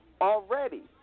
already